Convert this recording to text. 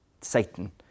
Satan